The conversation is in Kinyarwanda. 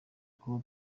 kuba